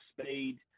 speed